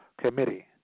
Committee